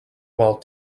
while